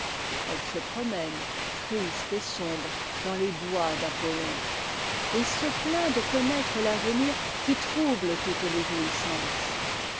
e se promène triste et sombre dans les bois d'apouon et se plaint de connaître t'avenir qui trouble toutes les jouissances